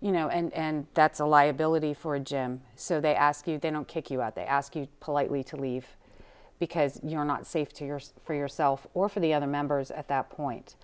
you know and that's a liability for jim so they ask you they don't kick you out they ask you politely to leave because you're not safe to yours for yourself or for the other members at that point